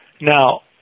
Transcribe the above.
Now